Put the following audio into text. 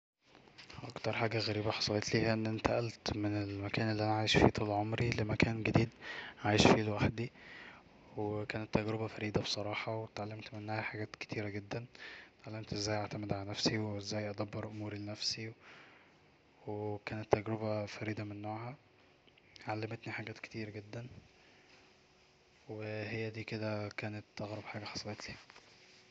اكتر حاجة غريبة حصلتلي هي اني انتقلت من مكان عايش فيه طول عمري لمكان جديد عايش فيه لوحدي وكانت تجربة فريدة بصراحة واتعلمت منها حاجات كتيره جدا اتعلمت ازاي اعتمد على نفسي وازاي أدبر اموري لنفسيوكانت تجربة فريدة من نوعها اتعلمت حجات كتير جدا هي دي كده كانت اغرب حاجة حصلتلي